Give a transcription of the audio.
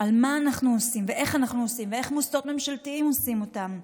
על מה שאנחנו עושים ואיך אנחנו עושים ואיך מוסדות ממשלתיים עושים אותן,